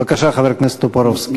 בבקשה, חבר הכנסת טופורובסקי.